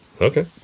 okay